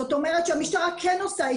זאת אומרת שהמשטרה כן עושה,